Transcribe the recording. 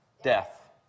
death